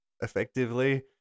effectively